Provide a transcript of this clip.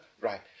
right